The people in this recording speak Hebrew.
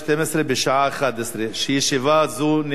בשעה 11:00. ישיבה זו נעולה.